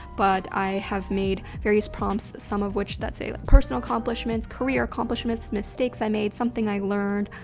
but i have made various prompts, some of which that's say personal accomplishments, career accomplishments, mistakes i made, something i learned,